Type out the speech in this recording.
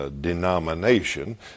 denomination